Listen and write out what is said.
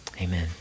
amen